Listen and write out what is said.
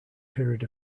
period